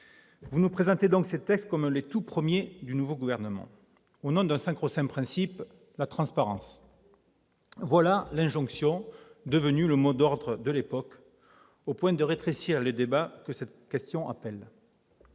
Vous nous présentez donc ces textes comme les tout premiers du nouveau gouvernement, au nom d'un sacro-saint principe, la transparence. Telle est l'injonction devenue le mot d'ordre de l'époque, au point parfois de rétrécir le débat que cette question appelle.